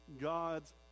God's